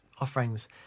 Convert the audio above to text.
offerings